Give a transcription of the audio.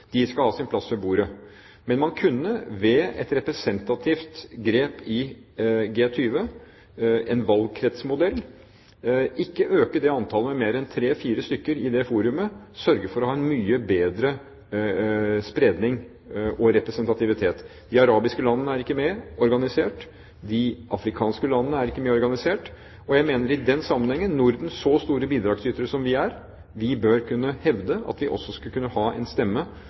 De skal ha sin plass ved bordet. Men man kunne ved et representativt grep i G20 – gjennom en valgkretsmodell, ikke øke det antallet med mer enn tre-fire stykker i det forumet – sørge for å ha en mye bedre spredning og representativitet. De arabiske landene er ikke med – organisert. De afrikanske landene er ikke med – organisert. Og jeg mener at Norden i den sammenheng, så store bidragsytere som vi er, bør kunne hevde at vi også skal kunne ha en stemme